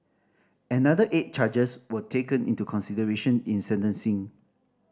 another eight charges were taken into consideration in sentencing